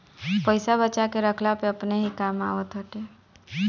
पईसा बचा के रखला पअ अपने ही काम आवत बाटे